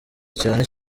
cyane